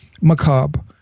Macabre